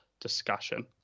discussion